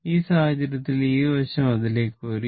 ഈ സാഹചര്യത്തിൽ ഈ വശം അതിലേക്ക് വരും